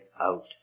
out